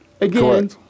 Again